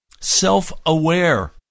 self-aware